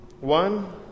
One